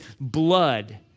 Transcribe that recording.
blood